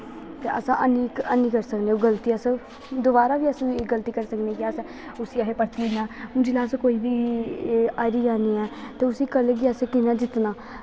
ते अस ऐनी करी सकदे गल्ती अस दवारा बी अस ओह् गल्ती सकी सकने कि अस उस्सी अस परतियै इ'यां जि'यां अस कोई बी हारी जन्ने ऐं ते उस्सी कल गी असें कि'यां जित्तना